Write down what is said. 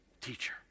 teacher